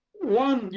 one,